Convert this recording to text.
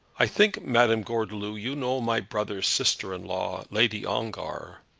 i think, madame gordeloup, you know my brother's sister-in-law, lady ongar?